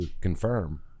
confirm